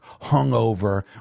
hungover